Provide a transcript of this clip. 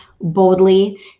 boldly